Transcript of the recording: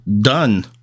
done